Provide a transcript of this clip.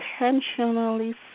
intentionally